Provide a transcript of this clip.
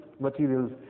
materials